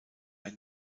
ein